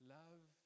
love